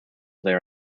there